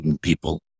people